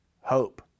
hope